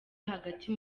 hagati